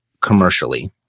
commercially